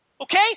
Okay